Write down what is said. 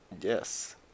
Yes